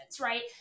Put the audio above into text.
right